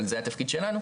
אבל זה התפקיד שלנו,